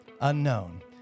unknown